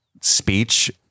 speech